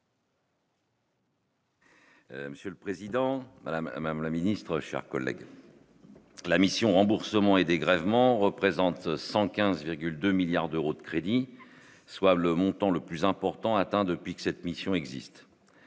Monsieur le Président, Madame et même la ministre chars collègues. La mission remboursements et dégrèvements représente 115,2 milliards d'euros de crédit, soit le montant le plus important atteint depuis que cette mission existe,